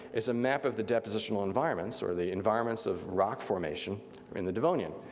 is a map of the depositional environments, or the environments of rock formation in the devonian.